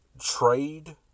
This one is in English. trade